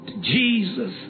Jesus